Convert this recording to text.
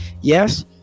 yes